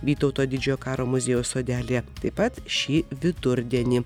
vytauto didžiojo karo muziejaus sodelyje taip pat šį vidurdienį